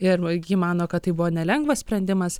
ir va ji mano kad tai buvo nelengvas sprendimas